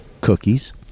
cookies